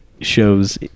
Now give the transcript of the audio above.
shows